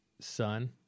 son